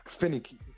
finicky